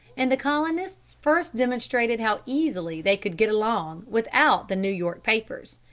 and the colonists first demonstrated how easily they could get along without the new york papers.